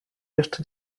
jeszcze